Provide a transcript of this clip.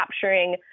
capturing